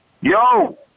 Yo